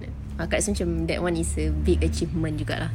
aka rasa macam that [one] is a big achievement juga lah